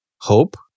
hope